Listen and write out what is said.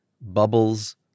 bubbles